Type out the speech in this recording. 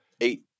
Eight